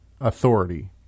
authority